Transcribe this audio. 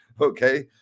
Okay